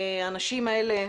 האנשים האלה,